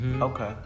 Okay